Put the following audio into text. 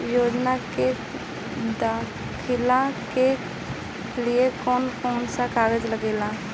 योजनाओ के दाखिले के लिए कौउन कौउन सा कागज लगेला?